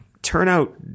Turnout